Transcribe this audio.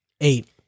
Eight